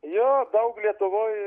jo daug lietuvoj